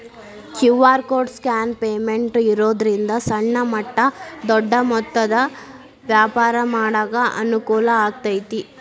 QR code scan payment ಇರೋದ್ರಿಂದ ಸಣ್ಣ ಮಟ್ಟ ದೊಡ್ಡ ಮೊತ್ತದ ವ್ಯಾಪಾರ ಮಾಡಾಕ ಅನುಕೂಲ ಆಗೈತಿ